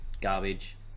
garbage